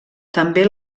també